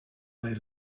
they